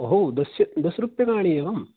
अहो दशरूप्यकाणि एवं